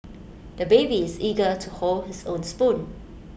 the baby is eager to hold his own spoon